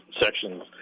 sections